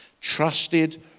trusted